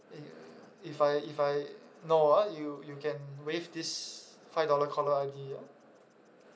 uh if I if I know ah you you can waive this five dollar caller I_D ah